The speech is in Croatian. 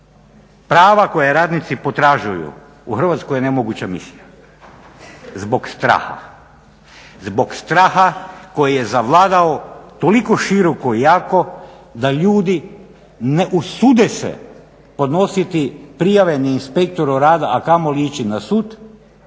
prava koja radnici potražuju u Hrvatskoj je nemoguća misija zbog straha. Zbog straha koji je zavladao toliko široko i jako da ljudi ne usude se podnositi prijave ni inspektoru rada, a kamoli ići na sud